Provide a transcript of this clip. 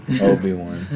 Obi-Wan